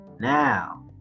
now